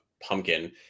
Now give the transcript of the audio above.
pumpkin